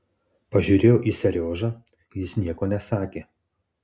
pažiūrėjau į seriožą jis nieko nesakė